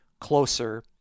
closer